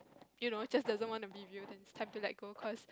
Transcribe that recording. you know just doesn't want to be with you then it's time to let go cause